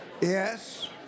Yes